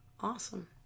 awesome